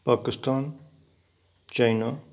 Pakistan China